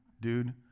dude